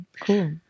cool